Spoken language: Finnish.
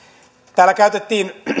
täällä käytettiin